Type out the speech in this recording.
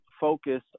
focus